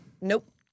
nope